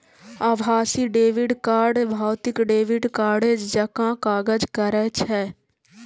आभासी debit card भौतिक debit कार्डे जकां काज करै छै